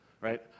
right